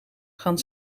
gaan